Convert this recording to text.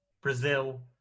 Brazil